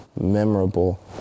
memorable